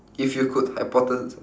if you could hypothes~